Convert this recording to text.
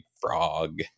frog